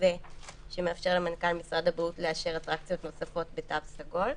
מתווה שמאפשר למנכ"ל משרד הבריאות לאשר אטרקציות נוספות בתו סגול.